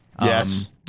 yes